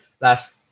last